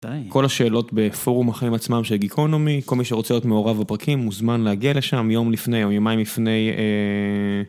כל השאלות בפורום החיים עצמם של גיקונומי כל מי שרוצה להיות מעורב הפרקים מוזמן להגיע לשם יום לפני או ימיים לפני.